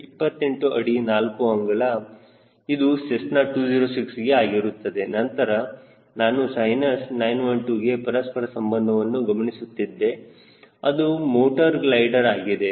28 ಅಡಿ 4 ಅಂಗುಲ ಇದು ಸೆಸ್ನಾ 206 ಗೆ ಆಗಿರುತ್ತದೆನಂತರ ನಾನು ಸೈನಸ್ 912 ಗೆ ಪರಸ್ಪರ ಸಂಬಂಧವನ್ನು ಗಮನಿಸುತ್ತಿದ್ದೆ ಅದು ಮೋಟರ್ ಗ್ಲೈಡರ್ ಆಗಿದೆ